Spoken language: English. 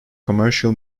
commercial